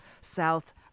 South